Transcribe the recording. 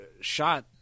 shot